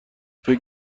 فکر